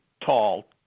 tall